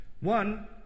One